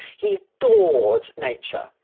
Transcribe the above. he adored nature,